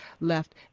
left